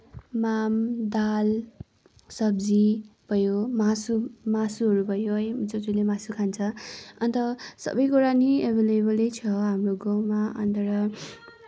माम दाल सब्जी भयो मासु मासुहरू भयो है जो जसले मासु खान्छ अन्त सबै कुरा नै एभाइलेबलै छ हाम्रो गाउँमा अन्त र